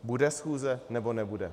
Bude schůze, nebo nebude?